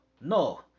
No